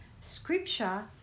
scripture